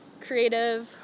creative